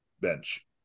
bench